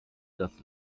das